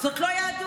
זאת לא יהדות.